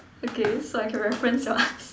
okay so I can reference your answer